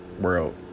world